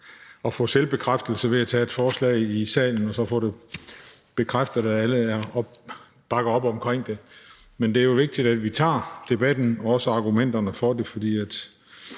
at få selvbekræftelse ved at tage et forslag i salen og så få bekræftet, at alle bakker op om det, men det er vigtigt at tage debatten og også vende argumenterne for det. Jeg synes